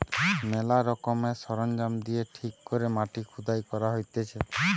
ম্যালা রকমের সরঞ্জাম দিয়ে ঠিক করে মাটি খুদাই করা হতিছে